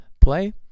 play